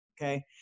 Okay